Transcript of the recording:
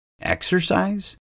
Exercise